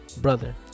brother